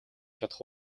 чадах